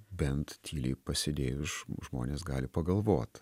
bent tyliai pasėdėjus žmonės gali pagalvot